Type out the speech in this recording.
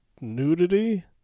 nudity